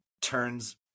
turns